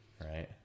right